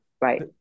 Right